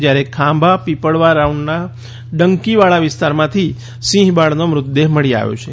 જ્યારે ખાંભા પીપળવા રાઉન્ડના ડંકીવાળા વિસ્તારમાંથી સિંહબાળનો મૃતદેહ મળી આવ્યો છે